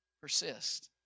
Persist